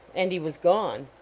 and he was gone.